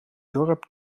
dorp